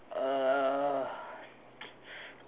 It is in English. uh